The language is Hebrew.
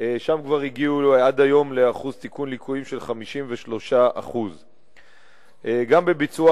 שם כבר הגיעו עד היום לאחוז תיקון ליקויים של 53%. גם בביצוע